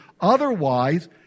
Otherwise